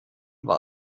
war